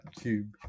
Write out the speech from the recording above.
cube